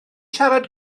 siarad